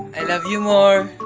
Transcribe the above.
i love you more.